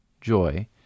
joy